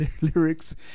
lyrics